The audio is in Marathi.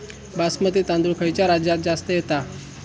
बासमती तांदूळ खयच्या राज्यात जास्त येता?